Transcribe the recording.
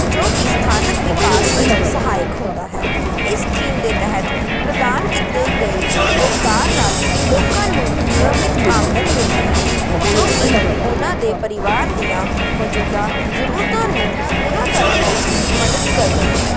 ਜੋ ਕਿ ਸਥਾਨਕ ਵਿਕਾਸ ਵਿੱਚ ਸਹਾਇਕ ਹੁੰਦਾ ਹੈ ਇਸ ਸਕੀਮ ਦੇ ਤਹਿਤ ਪ੍ਰਦਾਨ ਕੀਤੇ ਗਏ ਰੁਜ਼ਗਾਰ ਨਾਲ ਲੋਕਾਂ ਨੂੰ ਨਿਯਮਿਤ ਆਮਦਨ ਮਿਲਦੀ ਹੈ ਜੋ ਕਿ ਉਨ੍ਹਾਂ ਦੇ ਪਰਿਵਾਰ ਦੀਆਂ ਮੌਜੂਦਾ ਜ਼ਰੂਰਤਾਂ ਨੂੰ ਪੂਰਾ ਕਰਨ ਵਿੱਚ ਮਦਦ ਕਰਦੀ ਹੈ